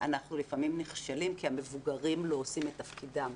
אנחנו לפעמים נכשלים כי המבוגרים לא עושים את תפקידם.